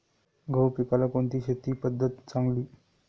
गहू पिकाला कोणती शेती पद्धत चांगली?